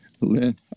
Lynn